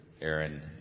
Aaron